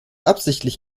absichtlich